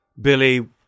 Billy